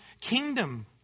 kingdom